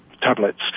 tablets